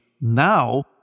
Now